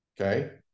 okay